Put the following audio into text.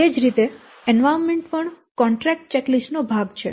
તે જ રીતે એન્વાયરન્મેન્ટ પણ કોન્ટ્રેક્ટ ચેકલીસ્ટ નો ભાગ છે